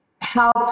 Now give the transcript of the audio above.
help